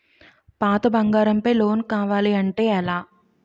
పాత బంగారం పై లోన్ కావాలి అంటే ఎలా?